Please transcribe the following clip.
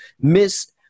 miss